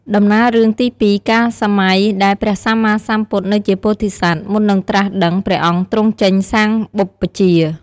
ដំណាលរឿងទី២ កាលសម័យដែលព្រះសម្មាសម្ពុទនៅជាពោធិសត្វ មុននឹងត្រាស់ដឹងព្រះអង្គទ្រង់ចេញសាងបុព្វជ្ជា។